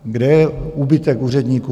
Kde je úbytek úředníků?